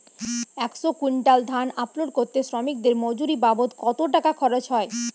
একশো কুইন্টাল ধান আনলোড করতে শ্রমিকের মজুরি বাবদ কত টাকা খরচ হয়?